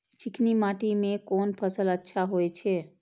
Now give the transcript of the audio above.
चिकनी माटी में कोन फसल अच्छा होय छे?